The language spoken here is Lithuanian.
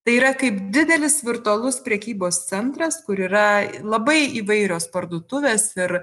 tai yra kaip didelis virtualus prekybos centras kur yra labai įvairios parduotuvės ir